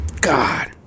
God